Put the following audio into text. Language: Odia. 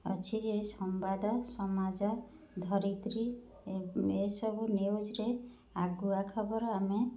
ଅଛି ଯେ ସମ୍ବାଦ ସମାଜ ଧରିତ୍ରୀ ଏ ଏସବୁ ନ୍ୟୁଜରେ ଆଗୁଆ ଖବର ଆମେ